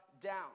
down